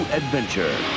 adventure